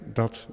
dat